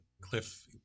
Cliff